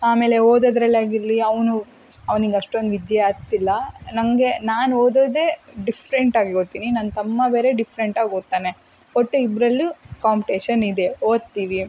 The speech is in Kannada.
ಆಮೇಲೆ ಓದೋದರಲ್ಲಾಗಿರ್ಲಿ ಅವನು ಅವ್ನಿಗೆ ಅಷ್ಟೊಂದು ವಿದ್ಯೆ ಹತ್ತಿಲ್ಲ ನನಗೆ ನಾನು ಓದೋದೆ ಡಿಫ್ರೆಂಟಾಗಿ ಓದ್ತೀನಿ ನನ್ನ ತಮ್ಮ ಬೇರೆ ಡಿಫ್ರೆಂಟಾಗಿ ಓದ್ತಾನೆ ಒಟ್ಟು ಇಬ್ಬರಲ್ಲೂ ಕಾಂಪ್ಟೇಷನ್ ಇದೆ ಓದ್ತೀವಿ